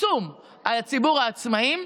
עצום על ציבור העצמאים,